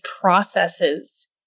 processes